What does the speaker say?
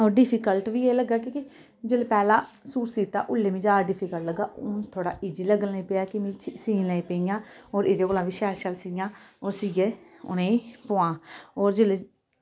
difficult बी एह् लग्गा कि की जेल्लै पैह्ला सूट सीह्ता उल्ले मिगी जैदा डिफिकल्ट लग्गा हून थोह्ड़ा ईजी लग्गन लगी पेआ की में सीह्न लग्गी पेई आं और एह्दे कोला बी शैल शैल सीआं और सीयै उनेंई पोआं ओह् जेल्लै